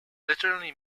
literally